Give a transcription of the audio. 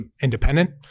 independent